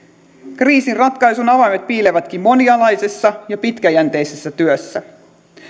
kriisin ratkaisun avaimet piilevätkin monialaisessa ja pitkäjänteisessä työssä